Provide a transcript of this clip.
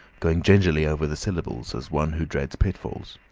going gingerly over the syllables as one who dreads pitfalls.